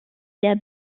der